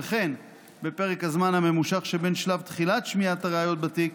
וכן בפרק הזמן הממושך שמשלב תחילת שמיעת הראיות בתיק